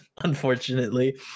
unfortunately